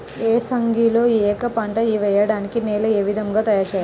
ఏసంగిలో ఏక పంటగ వెయడానికి నేలను ఏ విధముగా తయారుచేయాలి?